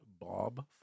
Bob